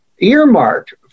earmarked